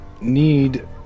need